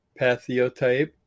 pathotype